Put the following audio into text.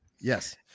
Yes